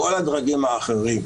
כל הדרגים האחרים,